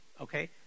Okay